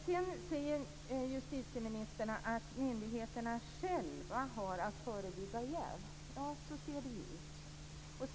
Sedan säger justitieministern att myndigheterna själva har att förebygga jäv. Så ser det ut.